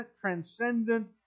transcendent